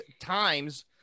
times